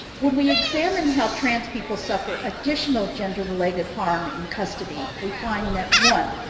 when we examine how trans people suffer additional gender-related harm in custody, we find that one,